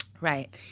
Right